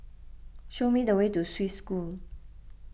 show me the way to Swiss School